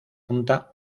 punta